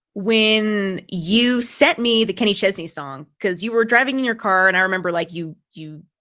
when you sent me the kenny chesney song, because you were driving in your car, and i remember, like you, you,